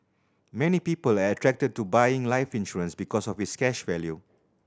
many people are attracted to buying life insurance because of its cash value